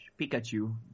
Pikachu